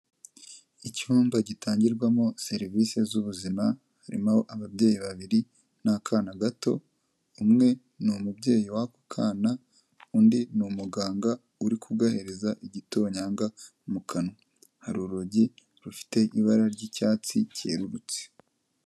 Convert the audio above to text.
Icyumba gitangirwamo serivisi z'ubuzima, harimo ababyeyi babiri n'akana gato, umwe ni umubyeyi w'ako kana, undi ni umuganga uri kugahereza igitonyanga mu kanwa, hari urugi rufite ibara ry'icyatsi cyerurutse.